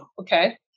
okay